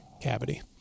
cavity